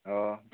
अ